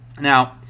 Now